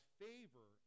favor